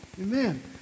Amen